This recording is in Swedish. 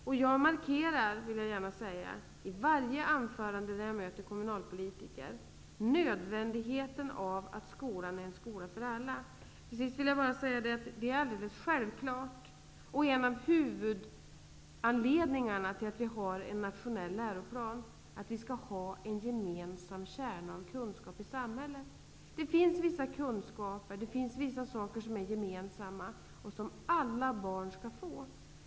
När jag möter kommunalpolitiker markerar jag i varje anförande nödvändigheten av att skolan är en skola för alla. Det är alldeles självklart, och en av huvudanledningarna till att vi har en nationell läroplan, att vi skall ha en gemensam kärna av kunskap i samhället. Det finns vissa kunskaper och vissa saker som är gemensamma och som alla barn skall få.